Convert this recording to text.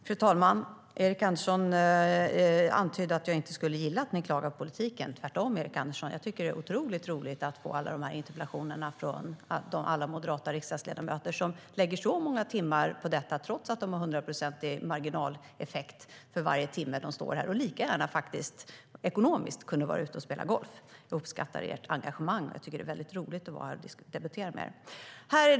Fru talman! Erik Andersson antydde att jag inte skulle gilla att ni klagar på politiken. Tvärtom, Erik Andersson! Jag tycker att det är otroligt roligt att få alla de här interpellationerna från alla moderata riksdagsledamöter som lägger så många timmar på detta trots att de har hundraprocentig marginaleffekt för varje timme de står här och lika gärna, ekonomiskt sett, skulle kunna vara ute och spela golf. Jag uppskattar ert engagemang, och jag tycker att det är roligt att vara här och debattera med er.